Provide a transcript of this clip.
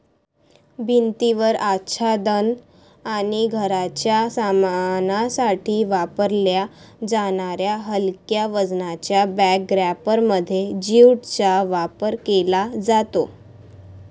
भिंतीवर आच्छादन आणि घराच्या सामानासाठी वापरल्या जाणाऱ्या हलक्या वजनाच्या बॅग रॅपरमध्ये ज्यूटचा वापर केला जातो